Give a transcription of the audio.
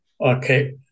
Okay